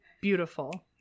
beautiful